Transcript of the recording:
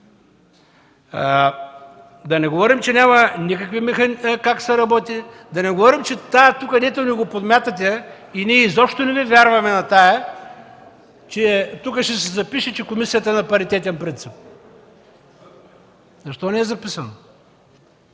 Да не говорим, че няма как се работи, да не говорим, че това, което тук ни подмятате и ние изобщо не ви вярваме за това, че тук ще се запише, че комисията е на паритетен принцип. Защо не е записано?